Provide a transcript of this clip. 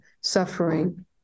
suffering